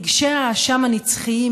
רגשי האשם הנצחיים,